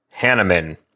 Hanneman